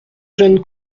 jeune